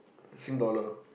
Sing dollar